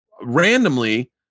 randomly